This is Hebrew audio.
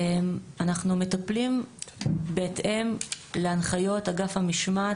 אנחנו מטפלים בהתאם להנחיות אגף המשמעת